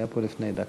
היה פה לפני דקה.